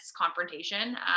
confrontation